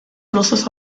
flusses